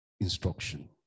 instruction